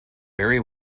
very